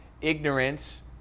ignorance